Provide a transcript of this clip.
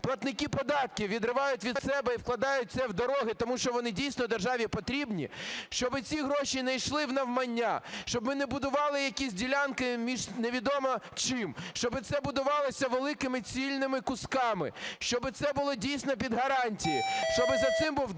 платники податків відривають від себе і вкладають це в дороги, тому що вони, дійсно, державі потрібні, щоб ці гроші не йшли навмання, щоб ми не будували якісь ділянки між невідомо чим, щоб це будувалося великими, цільними кусками, щоб це було, дійсно, під гарантії, щоб за цим був дуже-дуже